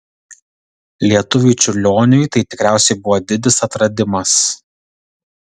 lietuviui čiurlioniui tai tikriausiai buvo didis atradimas